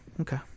okay